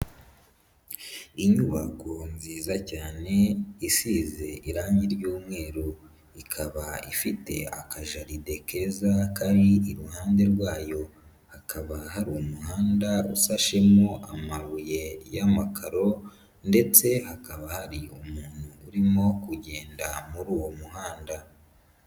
Inyubako nziza cyane isize irangi ry'umweru, ikaba ifite akajaride keza kari iruhande rwayo, hakaba hari umuhanda usashemo amabuye y'amakaro, ndetse hakaba hari umuntu urimo kugenda muri uwo muhanda.